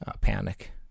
panic